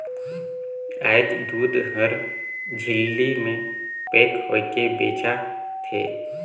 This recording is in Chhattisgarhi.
आयज दूद हर झिल्ली में पेक होयके बेचा थे